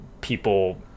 people